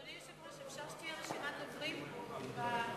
אדוני היושב-ראש, אפשר שתהיה רשימת דוברים במצגים.